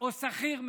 או שכיר מקבלים,